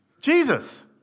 Jesus